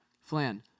Flan